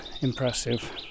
impressive